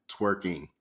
twerking